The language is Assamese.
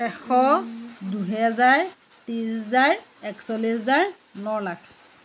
এশ দুহেজাৰ ত্ৰিছ হেজাৰ একচল্লিছ হেজাৰ ন লাখ